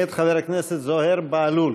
מאת חבר הכנסת זוהיר בהלול.